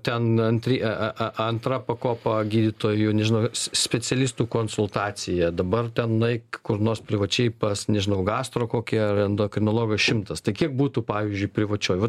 ten antri a a a antra pakopa gydytojų nežinau ga s specialistų konsultacija dabar tenai k kur nors privačiai pas nežinau gastro kokią ar endokrinologo šimtas tai kiek būtų pavyzdžiui privačioj vat